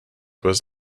was